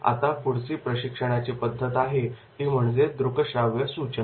आता पुढची प्रशिक्षणाची पद्धत आहे ती म्हणजे दृकश्राव्य सूचना